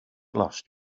lost